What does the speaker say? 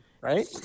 right